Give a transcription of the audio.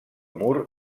mur